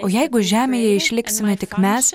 o jeigu žemėje išliksime tik mes